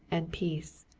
and peace.